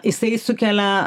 jisai sukelia